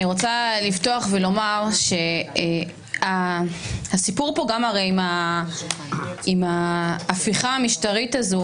אני רוצה לפתוח ולומר שהסיפור פה עם ההפיכה המשטרית הזאת,